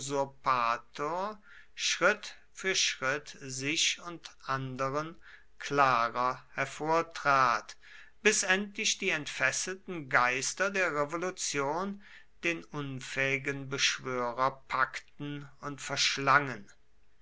schritt für schritt sich und andern klarer hervortrat bis endlich die entfesselten geister der revolution den unfähigen beschwörer packten und verschlangen